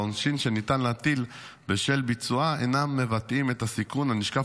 והעונשים שניתן להטיל בשל ביצועה אינם מבטאים את הסיכון הנשקף